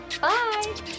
Bye